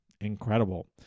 Incredible